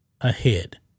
ahead